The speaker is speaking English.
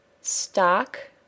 Stock